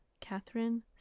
Catherine